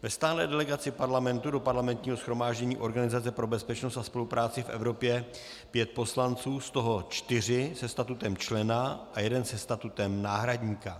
Ve stálé delegaci Parlamentu do Parlamentního shromáždění Organizace pro bezpečnost a spolupráci v Evropě pět poslanců, z toho čtyři se statutem člena a jeden se statutem náhradníka.